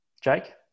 Jake